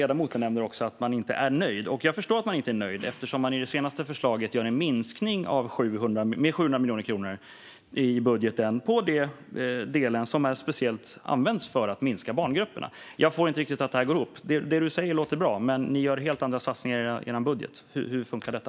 Ledamoten nämner också att man inte är nöjd. Det förstår jag eftersom man i det senaste förslaget gör en minskning med 700 miljoner kronor i budgeten på den del som speciellt används för att minska barngruppernas storlek. Jag får inte detta att gå ihop. Det som ledamoten säger låter bra, men ni gör helt andra satsningar i er budget. Hur funkar detta?